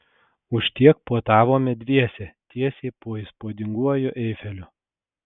už tiek puotavome dviese tiesiai po įspūdinguoju eifeliu